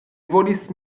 volis